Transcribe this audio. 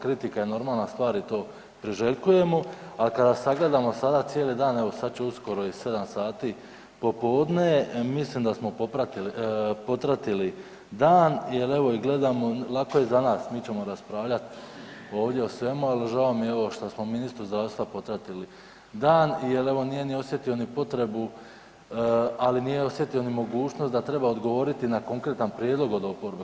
Kritika je normalna stvar i to priželjkujemo, a kada sagledamo sada cijeli dan evo sad će uskoro i 7 sati popodne mislim da smo popratili, protratili dan jel evo i gledamo lako je za nas mi ćemo raspravljat ovdje o svemu, ali žao mi je evo šta smo ministru zdravstva protratili dan jel evo nije ni osjetio ni potrebu, ali nije osjetio ni mogućnost da treba odgovoriti na konkretan prijedlog od oporbe.